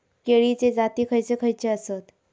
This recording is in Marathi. केळीचे जाती खयचे खयचे आसत?